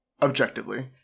Objectively